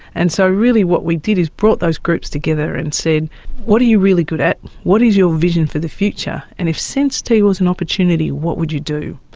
and so really what we did is brought those groups together and said what are you really good at, what is your vision for the future, and if sense-t was an opportunity, what would you do?